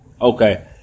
Okay